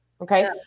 Okay